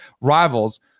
rivals